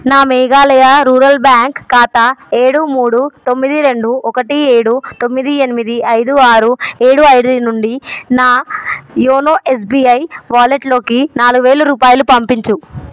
నా Meghalaya rural bank ఖాతా ఏడు మూడు తొమ్మిది రెండు ఒకటి ఏడు తొమ్మిది ఎనిమిది ఐదు ఆరు ఏడు ఐదు నుండి నా యోనో ఎస్బీఐ వాలెట్లోకి నాలుగు వేల రూపాయలు పంపించు